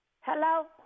Hello